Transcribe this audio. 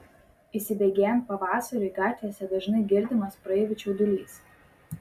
įsibėgėjant pavasariui gatvėse dažnai girdimas praeivių čiaudulys